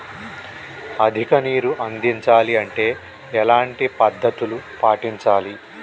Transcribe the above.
అధిక నీరు అందించాలి అంటే ఎలాంటి పద్ధతులు పాటించాలి?